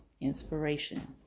inspiration